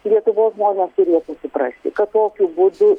lietuvos žmonės turėtų suprasti kad tokiu būdu